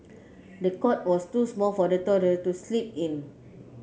the cot was too small for the toddler to sleep in